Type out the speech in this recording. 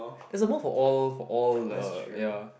it suppose for all for all the ya